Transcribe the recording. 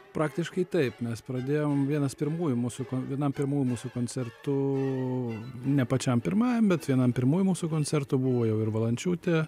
praktiškai taip mes pradėjom vienas pirmųjų mūsų vienam pirmųjų mūsų koncertų ne pačiam pirmajam bet vienam pirmųjų mūsų koncertų buvo jau ir valančiūtė